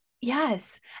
Yes